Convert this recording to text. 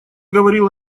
говорил